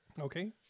Okay